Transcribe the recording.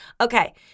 Okay